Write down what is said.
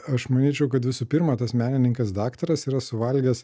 aš manyčiau kad visų pirma tas menininkas daktaras yra suvalgęs